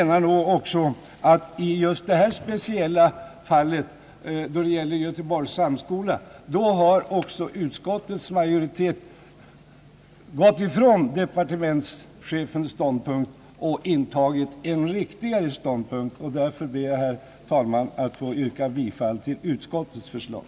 När det gäller Göteborgs högre samskola har utskottets majoritet också gått ifrån departementschefens ståndpunkt och intagit en riktigare ståndpunkt. Därför ber jag, herr talman, att få yrka bifall till utskottets förslag.